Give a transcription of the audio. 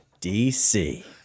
DC